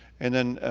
and then,